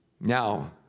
Now